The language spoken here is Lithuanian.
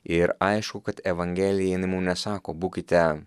ir aišku kad evangelija jinai mum nesako būkite